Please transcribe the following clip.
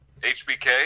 HBK